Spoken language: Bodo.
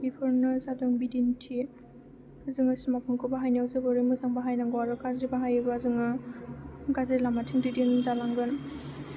बेफोरनो जादों बिदिन्थि जोङो स्मार्टफ'नखौ बाहायनायाव जोबोरै मोजां बाहायनांगौ आरो गाज्रि बाहायोबा जोङो गाज्रि लामाथिं दैदेनजालांगोन